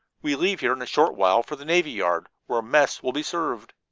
we leave here in a short while for the navy yard, where mess will be served.